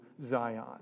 Zion